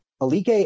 Alike